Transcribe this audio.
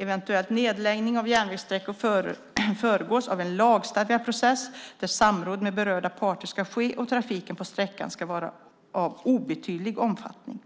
Eventuell nedläggning av järnvägssträckor föregås av en lagstadgad process där samråd med berörda parter ska ske och trafiken på sträckan ska vara av obetydlig omfattning.